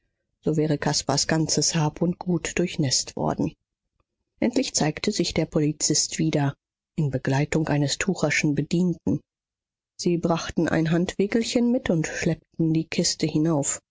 so wäre caspars ganzes hab und gut durchnäßt worden endlich zeigte sich der polizist wieder in begleitung eines tucherschen bedienten sie brachten ein handwägelchen mit und schleppten die kiste hinauf